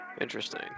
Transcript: interesting